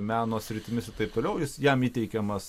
meno sritimis ir taip toliau jam įteikiamas